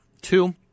Two